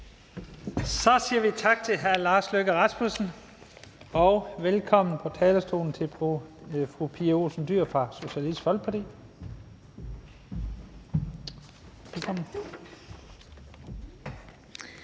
Så siger vi tak til hr. Lars Løkke Rasmussen og velkommen på talerstolen til fru Pia Olsen Dyhr fra Socialistisk Folkeparti. Kl.